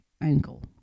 ankle